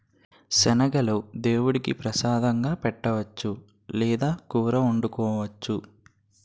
శనగలను దేముడికి ప్రసాదంగా పెట్టొచ్చు లేదా కూరొండుకోవచ్చు